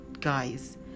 guys